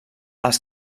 els